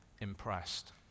impressed